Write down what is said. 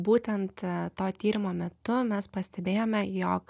būtent to tyrimo metu mes pastebėjome jog